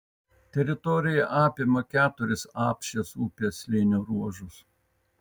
teritorija apima keturis apšės upės slėnio ruožus